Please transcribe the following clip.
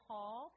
Hall